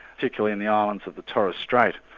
particularly in the islands of the torres strait.